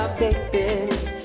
baby